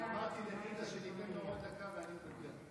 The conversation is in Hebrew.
אמרתי לג'ידא שתיתן לו עוד דקה ואני מוותר.